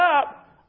up